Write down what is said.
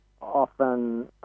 often